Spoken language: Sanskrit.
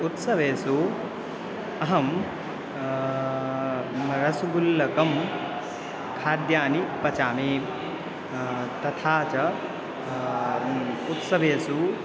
उत्सवेषु अहं रसुगुल्लकं खाद्यानि पचामि तथा च उत्सवेषु